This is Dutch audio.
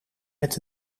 met